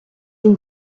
une